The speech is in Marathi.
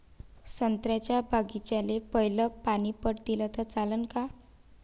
संत्र्याच्या बागीचाले पयलं पानी पट दिलं त चालन का?